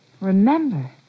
Remember